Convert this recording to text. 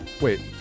wait